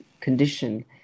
condition